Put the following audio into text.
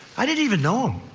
i didn't even know him,